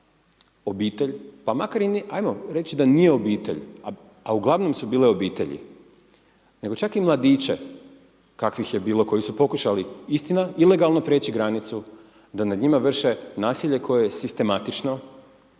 obitelj, pa makar i nije, ajmo reći da nije obitelj, a uglavnom su bile obitelji, nego čak i mladiće kakvih je bilo, koji su pokušali, istina, ilegalno preći granicu, da nad njima vrše nasilje koje je sistematično,